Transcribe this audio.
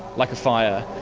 like a fire.